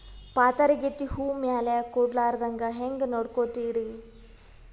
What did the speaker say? ಪಾತರಗಿತ್ತಿ ಹೂ ಮ್ಯಾಲ ಕೂಡಲಾರ್ದಂಗ ಹೇಂಗ ನೋಡಕೋತಿರಿ?